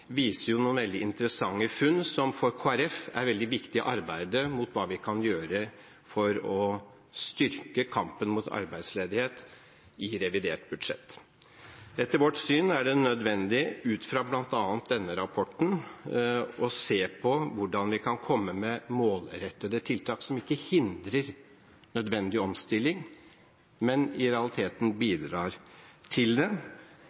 viser noen veldig interessante funn som for Kristelig Folkeparti er veldig viktige i arbeidet med hva vi kan gjøre for å styrke kampen mot arbeidsledighet i revidert budsjett. Etter vårt syn er det nødvendig ut fra bl.a. denne rapporten å se på hvordan vi kan komme med målrettede tiltak som ikke hindrer nødvendig omstilling, men i realiteten bidrar til det,